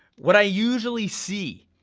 what i usually see,